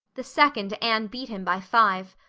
the second anne beat him by five.